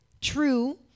True